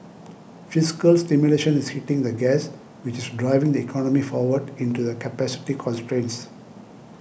fiscal stimulation is hitting the gas which is driving the economy forward into the capacity constraints